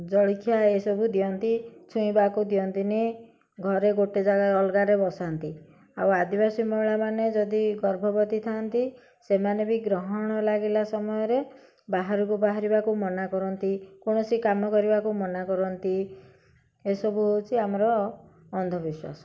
ଜଳଖିଆ ଏସବୁ ଦିଅନ୍ତି ଛୁଇଁବାକୁ ଦିଅନ୍ତିନି ଘରେ ଗୋଟେ ଜାଗାରେ ଅଲଗାରେ ବସାନ୍ତି ଆଉ ଆଦିବାସୀ ମହିଳାମାନେ ଯଦି ଗର୍ଭବତୀ ଥାଆନ୍ତି ସେମାନେ ବି ଗ୍ରହଣ ଲାଗିଲା ସମୟରେ ବାହାରକୁ ବାହାରିବାକୁ ମନା କରନ୍ତି କୌଣସି କାମ କରିବାକୁ ମନା କରନ୍ତି ଏସବୁ ହେଉଛି ଆମର ଅନ୍ଧବିଶ୍ୱାସ